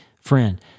friend